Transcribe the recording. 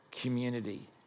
community